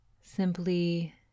Simply